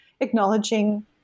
acknowledging